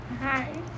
Hi